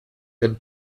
and